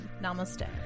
Namaste